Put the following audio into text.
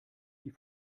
die